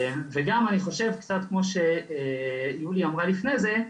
וגם אני חושב קצת כמו שיולי אמרה לפני זה,